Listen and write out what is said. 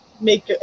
make